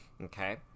Okay